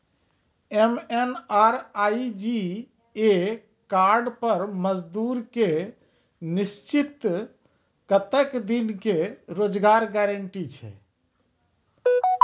MNREGA card पर मजदुर के निश्चित कत्तेक दिन के रोजगार गारंटी छै?